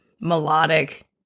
melodic